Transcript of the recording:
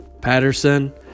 Patterson